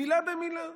מילה במילה.